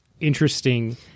interesting